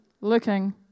looking